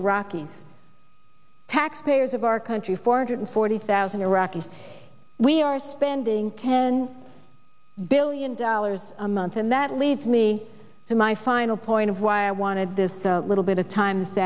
iraqi taxpayers of our country four hundred forty thousand iraqis we are spending ten billion dollars a month and that leads me to my final point of why i wanted this little bit of times